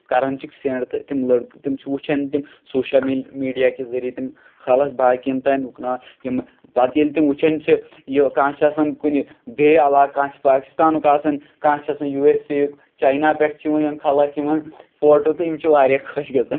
کران چھِکھ سینڈ تہٕ تِم لٔڑکہٕ تِم چھِ وٕچھان کہِ سوشَل می میٖڈیا کہِ ذریعہ خلق باقین تام یِم پَتہٕ ییٚلہِ تِم وٕچھان چھِ یہِ کانہہ چھُ آسان کُنہِ بیٚیہِ علاقہٕ کانہہ چھُ آسان باکِستانُک آسان کانہہ چھُ آسان یو ایس اے یُک چاینا پٮ۪ٹھ چھِ یِوان یِم خلق یِوان فوٹو تہِ یِم چھِ واریاہ خۄش گژھان